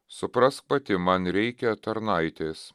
suprask pati man reikia tarnaitės